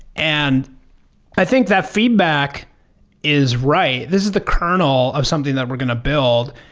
and i think that feedback is right. this is the kernel of something that we're going to build.